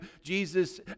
Jesus